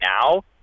now